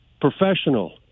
Professional